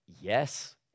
yes